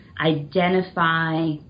identify